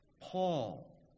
Paul